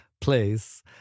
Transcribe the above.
place